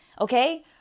Okay